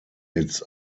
its